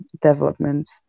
development